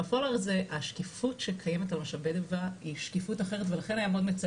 בפועל השקיפות שקיימת על משאבי טבע היא שקיפות אחרת ולכן היה מאוד מצער